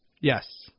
Yes